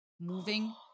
moving